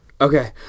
Okay